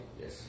Yes